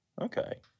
Okay